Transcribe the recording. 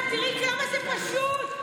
תראי כמה זה פשוט.